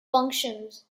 functions